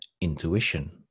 intuition